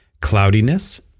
cloudiness